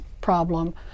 problem